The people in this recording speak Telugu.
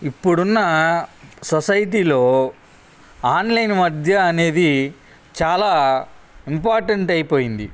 ఇప్పుడు ఉన్న సొసైటీలో ఆన్లైన్ మధ్య అనేది చాలా ఇంపార్టెంట్ అయిపోయింది